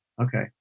Okay